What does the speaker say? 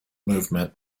movement